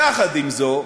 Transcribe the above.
יחד עם זאת,